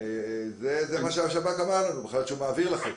זה מה שהשב"כ אמר לנו שהוא מעביר לכם.